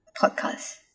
podcast